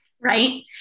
Right